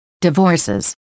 divorces